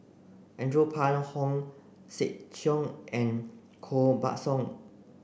Andrew Phang Hong Sek Chern and Koh Buck Song